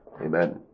Amen